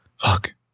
fuck